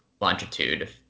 longitude